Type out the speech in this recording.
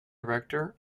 director